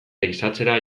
ehizatzera